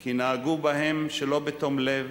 כי נהגו בהם שלא בתום-לב